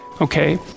okay